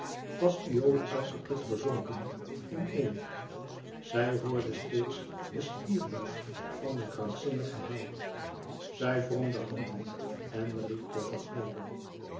was iole uitgeput gezonken in één zij hoorde steeds den stierbulk van den krankzinnigen held zij wrong de handen en riep tot de goden